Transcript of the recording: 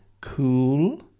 cool